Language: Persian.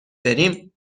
بریم